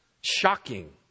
shocking